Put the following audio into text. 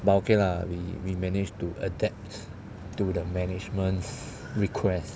but okay lah we we managed to adapt to the management's requests